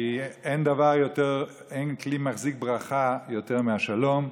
כי אין כלי מחזיק ברכה יותר מהשלום.